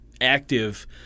active